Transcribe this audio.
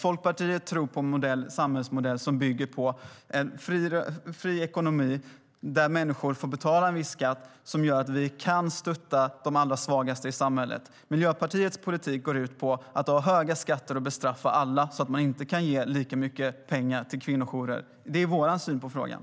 Folkpartiet tror på en samhällsmodell som bygger på fri ekonomi där människor betalar en viss skatt som gör att vi kan stötta de allra svagaste i samhället. Miljöpartiets politik går ut på att ha höga skatter och bestraffa alla så att det inte går att ge lika mycket pengar till kvinnojourer. Det är vår syn på frågan.